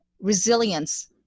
resilience